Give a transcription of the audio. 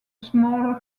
smaller